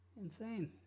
insane